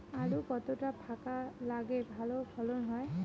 আলু কতটা ফাঁকা লাগে ভালো ফলন হয়?